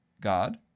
God